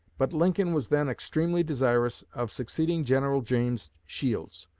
but lincoln was then extremely desirous of succeeding general james shields,